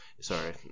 sorry